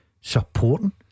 supporting